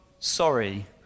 Sorry